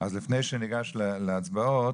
אז לפני שניגש להצבעות,